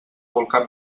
volcà